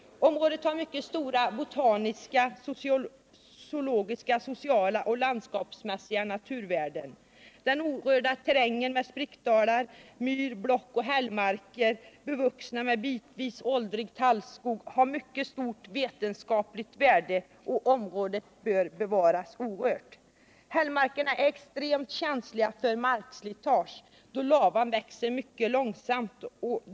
Området har mycket stora botaniska, zoologiska, sociala och landskapsmässiga naturvärden. Den orörda terrängen med sprickdalar, myr-, blockoch hällmarker, bevuxna med bitvis åldrig tallskog, har mycket stort vetenskapligt värde. Området bör därför bevaras orört. Hällmarkerna är extremt känsliga för markslitage, då lavarna växer mycket långsamt.